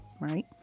right